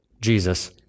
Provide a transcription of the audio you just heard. Jesus